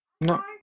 No